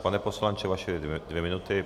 Pane poslanče, vaše dvě minuty.